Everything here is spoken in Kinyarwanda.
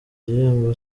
igihembo